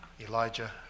Elijah